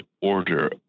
order